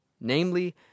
namely